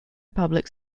public